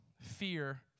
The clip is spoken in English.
fear